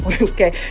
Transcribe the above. Okay